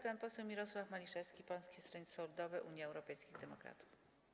Pan poseł Mirosław Maliszewski, Polskie Stronnictwo Ludowe - Unia Europejskich Demokratów.